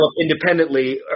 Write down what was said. independently